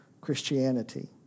Christianity